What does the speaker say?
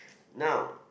now